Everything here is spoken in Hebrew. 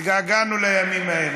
התגעגענו לימים ההם,